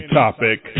topic